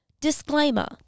Disclaimer